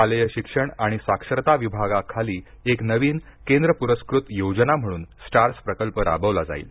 शालेय शिक्षण आणि साक्षरता विभागाखाली एक नवीन केंद्र पूरस्क्रत योजना म्हणून स्टार्स प्रकल्प राबविला जाईल